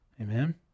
Amen